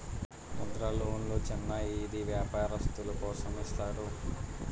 ముద్ర లోన్లు చిన్న ఈది వ్యాపారస్తులు కోసం ఇస్తారు